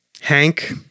Hank